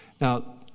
Now